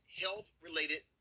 health-related